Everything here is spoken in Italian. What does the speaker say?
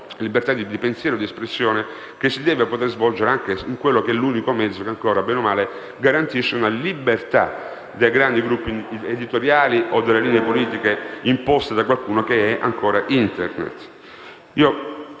libertà di pensiero e di espressione che si deve poter svolgere in quello che è l'unico mezzo che ancora, bene o male, garantisce una libertà dai grandi gruppi editoriali o dalle linee politiche imposte da qualcuno. Vedo che